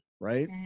right